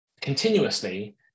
continuously